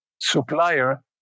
supplier